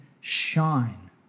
shine